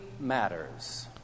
matters